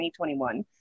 2021